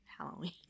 Halloween